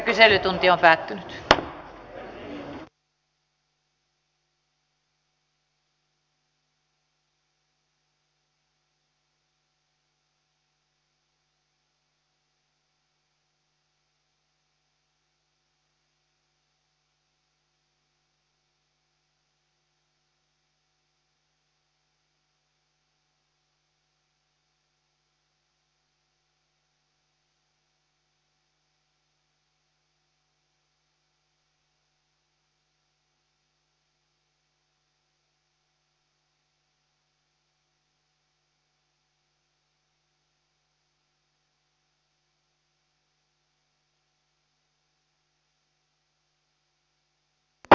kyselytunti päättyi